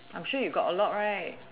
I'm sure you got a lot right